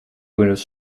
benutzt